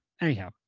anyhow